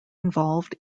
involved